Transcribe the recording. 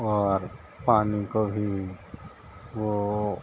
اور پانی کو بھی وہ